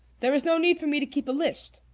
there is no need for me to keep a list.